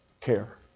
Care